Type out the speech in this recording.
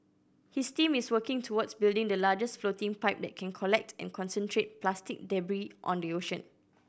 his team is working towards building the largest floating pipe that can collect and concentrate plastic debris on the ocean